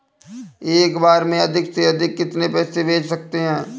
एक बार में अधिक से अधिक कितने पैसे भेज सकते हैं?